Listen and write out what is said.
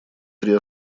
три